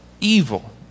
evil